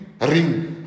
Ring